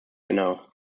genau